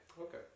okay